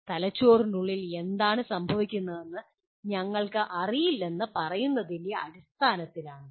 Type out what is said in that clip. തലച്ചോറിനുള്ളിൽ എന്താണ് സംഭവിക്കുന്നതെന്ന് ഞങ്ങൾക്ക് അറിയില്ലെന്ന് പറയുന്നതിൻ്റെ അടിസ്ഥാനത്തിലാണ് ഇത്